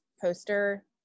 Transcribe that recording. poster